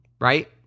right